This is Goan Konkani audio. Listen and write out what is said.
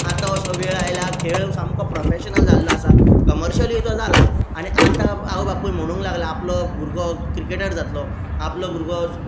आतां असो वेळ आयला खेळ सामको प्रॉफॅश्नल जाल्लो आसा कमर्शियलूय तो जाला आनी आतां आवय बापूय म्हुणूंक लागला आपलो भुरगो क्रिकेटर जातलो आपलो भुरगो